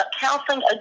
counseling